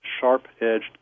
sharp-edged